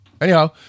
Anyhow